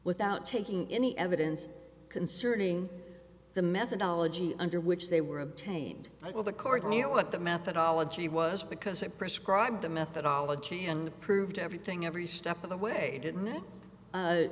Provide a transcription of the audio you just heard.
without taking any evidence concerning the methodology under which they were obtained by all the court knew what the methodology was because it prescribed the methodology and approved everything every step of the way